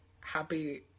happy